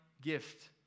gift